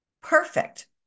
perfect